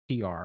PR